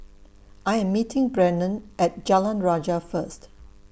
I Am meeting Brennon At Jalan Rajah First